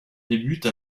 débute